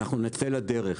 אנחנו נצא לדרך.